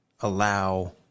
allow